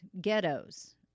ghettos